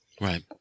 Right